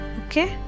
okay